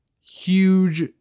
huge